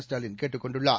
ஸ்டாலின் கேட்டுக் கொண்டுள்ளார்